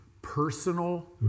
Personal